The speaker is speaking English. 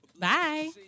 Bye